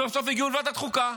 סוף-סוף הגיעו לוועדת החוקה.